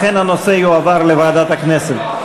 לכן הנושא יועבר לוועדת הכנסת.